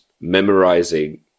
memorizing